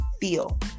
feel